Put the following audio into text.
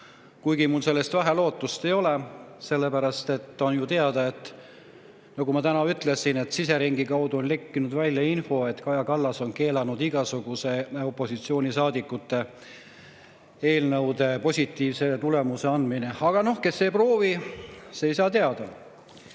kuigi mul selleks [suurt] lootust ei ole, sellepärast et on ju teada, nagu ma ütlesin, et siseringi kaudu on lekkinud info, et Kaja Kallas on keelanud igasuguse opositsioonisaadikute eelnõudele positiivse tulemuse andmise. Aga kes ei proovi, see ei saa teada.